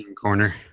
corner